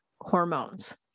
hormones